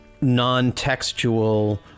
non-textual